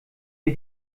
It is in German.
wir